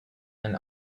and